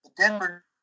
Denver